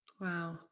Wow